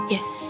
Yes